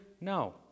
No